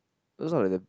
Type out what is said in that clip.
all those like the